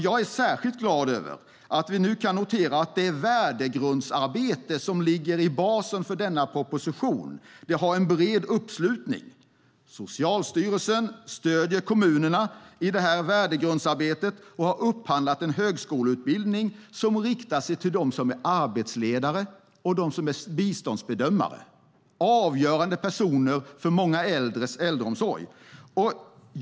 Jag är särskilt glad över att vi nu kan notera att det värdegrundsarbete som är basen för denna proposition har en bred uppslutning. Socialstyrelsen stöder kommunerna i det här värdegrundsarbetet och har upphandlat en högskoleutbildning som riktar sig till dem som är arbetsledare och dem som är biståndsbedömare - det är avgörande personer för många äldres äldreomsorg.